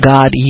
God